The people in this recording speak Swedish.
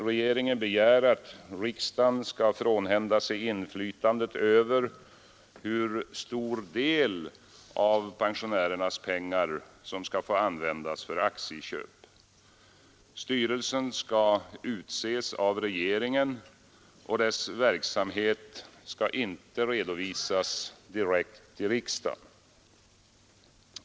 Regeringen begär att riksdagen skall frånhända sig inflytandet över hur stor del av pensionärernas pengar i AP-fonden som får användas för aktieköp. Styrelsen skall utses av regeringen och dess verksamhet skall inte redovisas direkt till riksdagen.